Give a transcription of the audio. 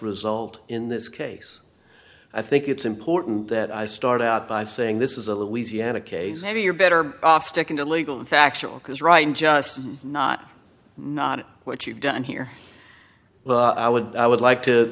result in this case i think it's important that i start out by saying this is a louisiana case maybe you're better off sticking to legal and factual because right just is not not what you've done here but i would i would like to